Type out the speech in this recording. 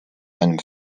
einem